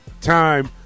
time